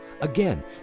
Again